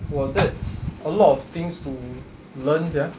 !wah! that's a lot of things to learn sia